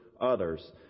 others